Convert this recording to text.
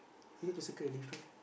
maybe the circle is different ah